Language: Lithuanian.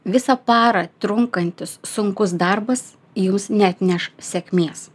visą parą trunkantis sunkus darbas jums neatneš sėkmės